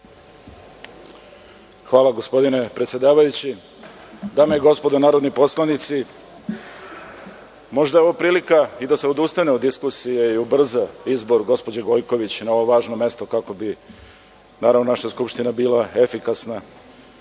Hvala gospodine predsedavajući. Dame i gospodo narodni poslanici, možda je ovo prilika i da se odustane od diskusije i ubrza izbor gospođe Gojković na ovo važno mesto, kako bi naša Skupština bila efikasna